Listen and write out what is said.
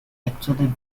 actually